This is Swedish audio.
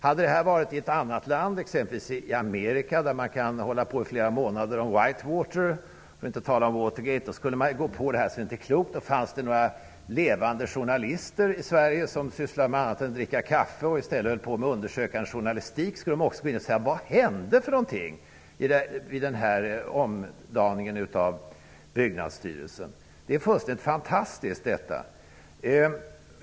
Hade det här ägt rum i ett annat land, exempelvis i Amerika, där man i flera månader kan hålla på att debattera Whitewater -- för att inte tala om Watergate -- skulle man gå på något alldeles otroligt i den här frågan. Om det i Sverige fanns några levande journalister som sysslade med annat än att dricka kaffe och i stället höll på med undersökande journalistik, skulle också de ställa frågan: Vad hände egentligen i samband med omdaningen av Byggnadsstyrelsen? Vad som har hänt är fullständigt fantastiskt!